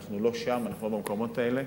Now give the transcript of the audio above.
אנחנו לא במקומות האלה,